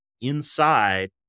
inside